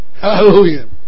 Hallelujah